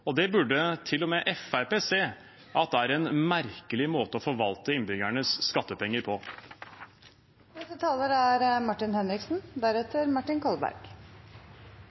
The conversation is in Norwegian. Og det burde til og med Fremskrittspartiet se at er en merkelig måte å forvalte innbyggernes skattepenger